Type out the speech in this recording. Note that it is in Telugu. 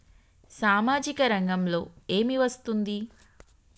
సామాజిక రంగంలో ఏమి వస్తుంది?